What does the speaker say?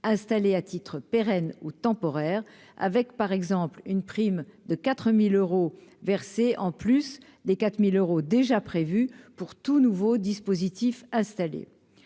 installés à titre pérenne ou temporaire, avec par exemple une prime de 4000 euros versés en plus des 4000 euros déjà prévus pour tout nouveau dispositif installé